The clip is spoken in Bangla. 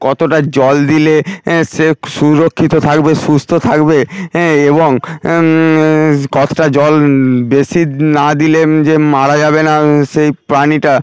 কতটা জল দিলে সে সুরক্ষিত থাকবে সুস্থ থাকবে হ্যাঁ এবং কতটা জল বেশি না দিলে যে মারা যাবে না সেই প্রাণীটা